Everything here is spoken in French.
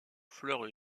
fleurs